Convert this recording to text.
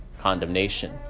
condemnation